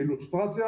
באילוסטרציה